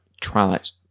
Twilight